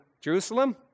Jerusalem